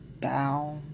Bow